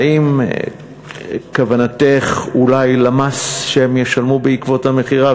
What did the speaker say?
האם כוונתך אולי למס שהם ישלמו בעקבות המכירה,